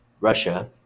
Russia